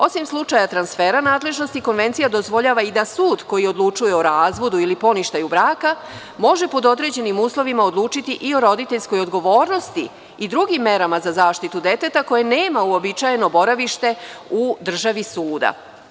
Osim slučajeva transfera nadležnosti Konvencija dozvoljava i da sud koji odlučuje o razvodu ili poništaju braka može pod određenim uslovima odlučiti i o roditeljskoj odgovornosti i drugim merama za zaštitu deteta koje nema uobičajno boravište u državi suda.